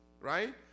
right